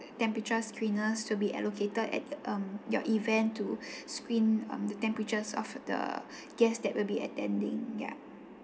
temperature screeners to be allocated at um your event to screen um the temperatures of the guest that will be attending yup